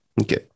Okay